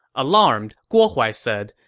alarmed, guo huai said,